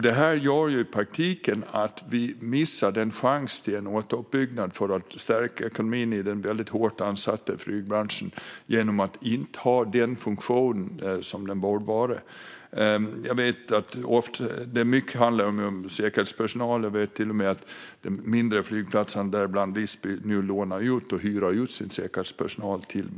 Detta gör att vi i praktiken missar chansen till återuppbyggnad av ekonomin i den hårt ansatta flygbranschen eftersom funktionen inte är den som den borde vara. Mycket handlar om säkerhetspersonal, och jag vet att mindre flygplatser, däribland Visby, därför lånar ut och hyr ut sin säkerhetspersonal.